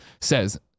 says